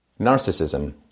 Narcissism